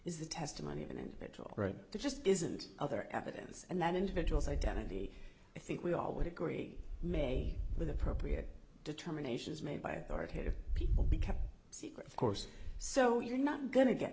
is the testimony of an individual right there just isn't other evidence and that individual's identity i think we all would agree may with appropriate determinations made by authoritative people be kept secret of course so you're not go